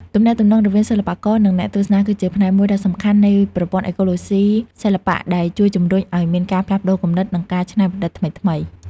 ទំនាក់ទំនងរវាងសិល្បករ និងអ្នកទស្សនា គឺជាផ្នែកមួយដ៏សំខាន់នៃប្រព័ន្ធអេកូឡូស៊ីសិល្បៈ ដែលជួយជំរុញឲ្យមានការផ្លាស់ប្តូរគំនិត និងការច្នៃប្រឌិតថ្មីៗ។